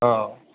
औ